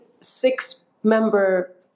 six-member